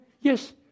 yes